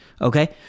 Okay